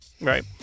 Right